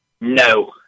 No